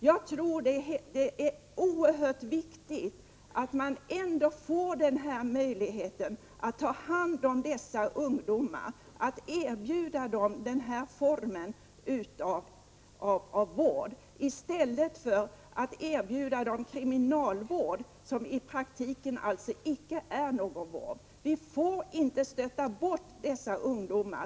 Jag tror att det är oerhört viktigt att man får denna möjlighet att ta hand om dessa ungdomar, att erbjuda dem den här formen av vård i stället för att erbjuda dem kriminalvård, som i praktiken icke är någon vård. Vi får inte stöta bort dessa ungdomar.